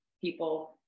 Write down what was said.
people